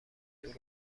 درست